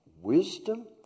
Wisdom